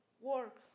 work